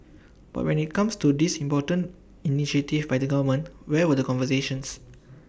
but when IT comes to this most important initiative by the government where were the conversations